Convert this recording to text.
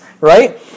right